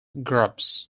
grubs